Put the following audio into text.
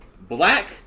black